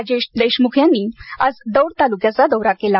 राजेश देशमुख यांनी आज दौंड तालुक्याचा दौरा केला